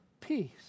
peace